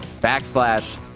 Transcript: backslash